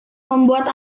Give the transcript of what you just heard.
membuat